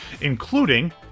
including